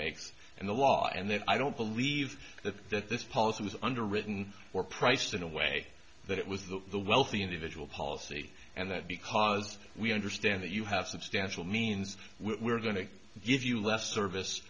makes in the law and i don't believe that that this policy was underwritten or priced in a way that it was the wealthy individual policy and that because we understand that you have substantial means we're going to give you less service